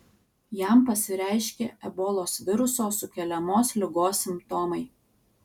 jam pasireiškė ebolos viruso sukeliamos ligos simptomai